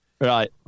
Right